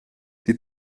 die